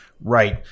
right